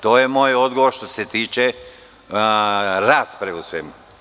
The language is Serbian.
To je moj odgovor što se tiče rasprave o svemu.